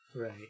Right